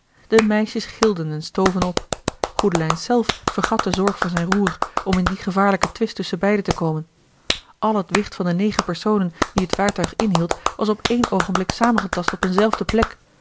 de meisjes gilden en stoven op goedelijns zelf vergat de zorg voor zijn roer om in dien gevaarlijken twist tusschen beiden te komen al het wicht van de negen personen die het vaartuig inhield was op één oogenblik samengetast op een zelfde plek